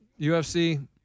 UFC